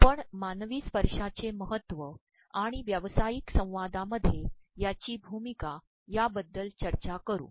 आपण मानवी स्त्पशायचे महत्व आणण व्यावसातयक संवादामध्ये याची भूममका याबद्दल चचाय करू